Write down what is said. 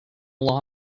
law